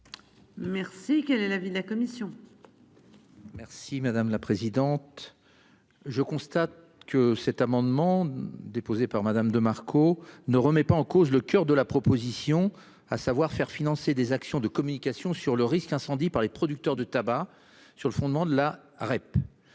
Merci. Quel est l'avis de la commission. Merci madame la présidente. Je constate que cet amendement déposé par Madame de Marco. Ne remet pas en cause le coeur de la proposition à savoir faire financer des actions de communication sur le risque incendie par les producteurs de tabac. Sur le fondement de la